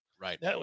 Right